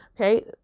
okay